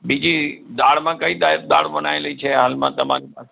બીજી દાળમાં કઈ ટાઇપ દાળ બનાવેલી છે હાલમાં તમારી પાસે